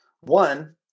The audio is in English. One